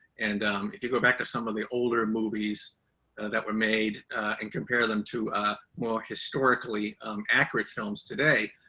and if you go back to some of the older movies that were made and compare them to more historically accurate films today,